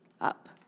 up